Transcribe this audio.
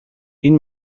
این